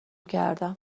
کردم